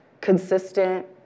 consistent